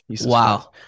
Wow